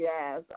Yes